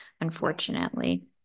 unfortunately